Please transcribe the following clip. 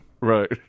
right